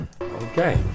okay